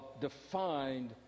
defined